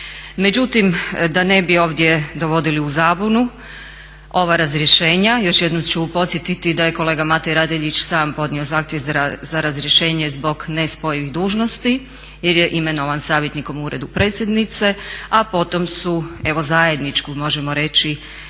Međutim, da ne bih ovdje dovodili u zabunu ova razrješenja još jednom ću podsjetiti da je kolega Mate Radeljić sam podnio zahtjev za razrješenje zbog nespojivih dužnosti, jer je imenovan savjetnikom u Uredu predsjednice. A potom su, evo zajednički možemo reći